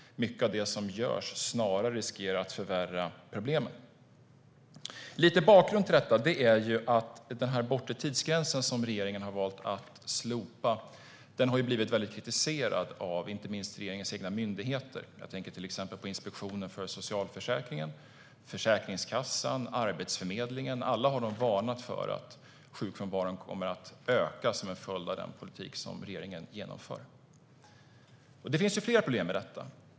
Mycket av det som görs riskerar snarare att förvärra problemen. Jag ska ge en liten bakgrund till detta. Att regeringen har valt att slopa den bortre tidsgränsen har blivit mycket kritiserat av inte minst regeringens egna myndigheter. Jag tänker till exempel på Inspektionen för socialförsäkringen, Försäkringskassan och Arbetsförmedlingen. De har alla varnat för att sjukfrånvaron kommer att öka som en följd av den politik som regeringen genomför. Det finns flera problem med detta.